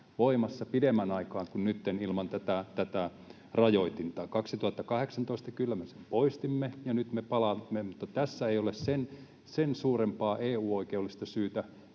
voimassa pidemmän aikaa kuin nytten ilman tätä rajoitinta. Vuonna 2018 kyllä me sen poistimme ja nyt me palautamme. Mutta tässä ei ole sen suurempaa EU-oikeudellista syytä,